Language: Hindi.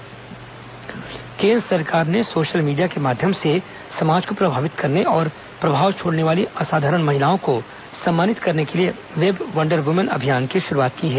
वेब वंडर वुमन अभियान केंद्र सरकार ने सोशल मीडिया के माध्यम से समाज को प्रभावित करने और प्रभाव छोड़ने वाली असाधारण महिलाओं को सम्मानित करने के लिए वेब वंडर वमन अभियान की शुरूआत की है